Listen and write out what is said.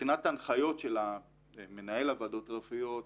מבחינת ההנחיות של מנהל הוועדות הרפואיות,